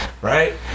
Right